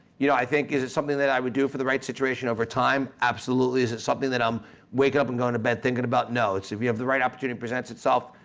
you know, i think is it something that i would do for the right situation over time? absolutely. is it something that i'm waking up and going to bed thinking about? no, it's if you have the right opportunity that presents itself,